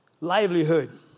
livelihood